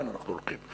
לאן אנחנו הולכים?